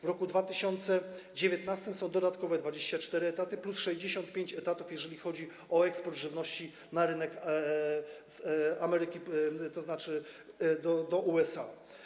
W roku 2019 są dodatkowe 24 etaty plus 65 etatów, jeżeli chodzi o eksport żywności na rynek Ameryki, tzn. do USA.